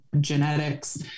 genetics